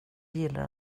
gillar